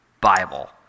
Bible